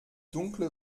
dunkle